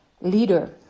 leader